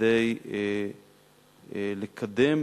כדי לקדם